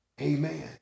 Amen